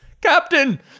Captain